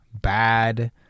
bad